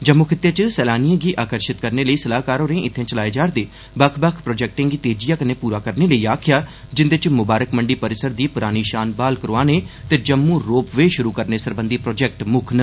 जम्मू खिते च सैलानिएं गी आकर्षित करने लेई सलाहकार होरें इत्थैं चलाए जा रदे बक्ख बक्ख प्रोजेक्टें गी तेजिआ कन्नै पूरा करने लेई आखेआ जिंदे च मुबारक मंडी परिसर दी परानी शान ब्हाल करोआने ते जम्मू रोप वे शुरु करने सरबंधी प्रोजेक्ट मुक्ख न